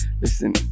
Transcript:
Listen